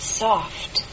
soft